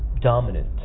dominant